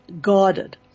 guarded